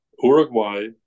Uruguay